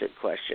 question